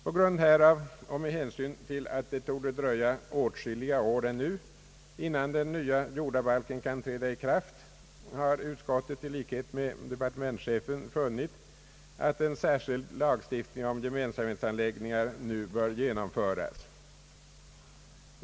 På grund härav och med hänsyn till att det torde dröja åtskilliga år ännu innan den nya jordabalken kan träda i kraft har utskottet i likhet med departementschefen funnit, att en särskild lagstiftning om gemensamhetsanläggningar nu bör genomföras.